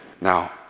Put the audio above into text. now